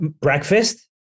breakfast